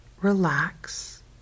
relax